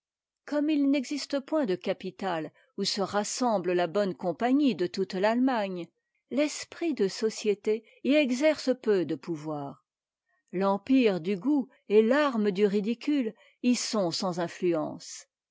comme it n'existe point de capitale où se rassemble la bonne compagnie de toute t'attemagne l'esprit de société y exerce peu de pouvoir l'empire du goût et l'arme du ridicule y sont sans influence